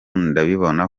ndabibona